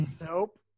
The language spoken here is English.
Nope